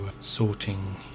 sorting